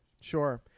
Sure